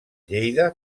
lleida